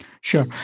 Sure